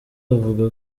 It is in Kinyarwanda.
avuga